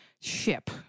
ship